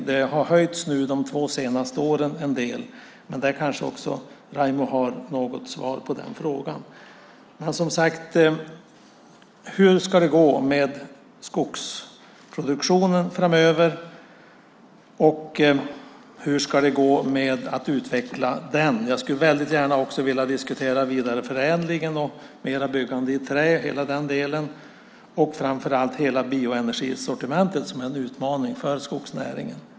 Det har höjts en del de senaste två åren. Kanske Raimo kan säga något om detta. Som sagt: Hur ska det gå med skogsproduktionen framöver? Hur ska det gå med att utveckla den? Jag skulle också gärna vilja diskutera vidareförädlingen, byggande i trä och framför allt hela bioenergisortimentet, som är en utmaning för skogsnäringen.